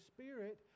Spirit